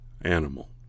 animal